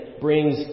brings